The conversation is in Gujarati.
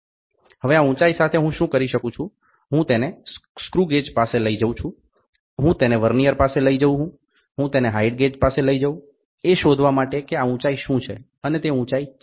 હવે આ ઊંચાઇ સાથે હું શું કરી શકું હું તેને સ્ક્રુગેજ પાસે લઈ જવું હું તેને વર્નિયર પાસે લઈ જવું હું તેને હાઇટ ગેજ પાસે લઈ જવું એ શોધવા માટે કે આ ઊંચાઈ શું છે અને તે ઊંચાઈ છે